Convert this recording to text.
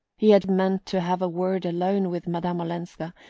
he had meant to have a word alone with madame olenska,